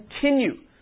continue